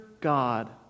God